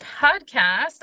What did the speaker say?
Podcast